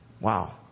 Wow